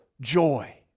joy